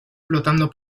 flotando